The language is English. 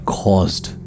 caused